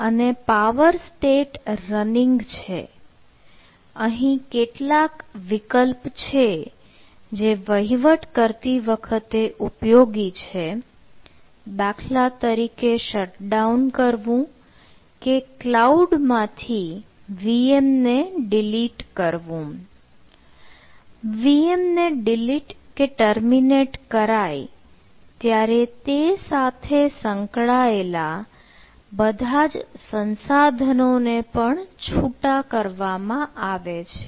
VM ને delete કે terminate કરાય ત્યારે તે સાથે સંકળાયેલા બધા જ સંસાધનોને પણ છૂટા કરવામાં આવે છે